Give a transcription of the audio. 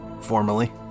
formally